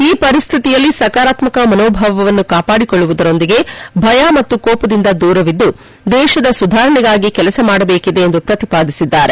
ಈ ಪರಿಸ್ಥಿತಿಯಲ್ಲಿ ಸಕಾರಾತ್ಮಕ ಮನೋಭಾವವನ್ನು ಕಾಪಾದಿಕೊಳ್ಳುವುದರೊಂದಿಗೆ ಭಯ ಮತ್ತು ಕೋಪದಿಂದ ದೂರವಿದ್ದು ದೇಶದ ಸುಧಾರಣೆಗಾಗಿ ಕೆಲಸ ಮಾಡಬೇಕಿದೆ ಎಂದು ಪ್ರತಿಪಾದಿಸಿದ್ದಾರೆ